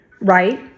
Right